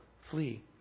flee